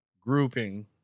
grouping